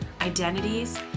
identities